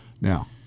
Now